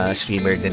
streamer